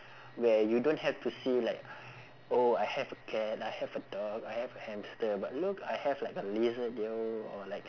where you don't have to say like oh I have a cat I have a dog I have a hamster but look I have like a lizard yo or like